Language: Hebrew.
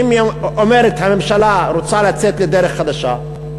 אם הממשלה אומרת שהיא רוצה לצאת לדרך חדשה,